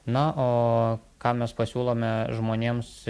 na o ką mes pasiūlome žmonėms